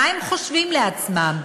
מה הם חושבים לעצמם?